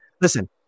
Listen